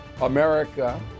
America